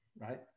right